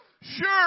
Sure